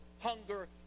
hunger